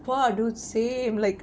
!wah! dude same like